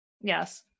yes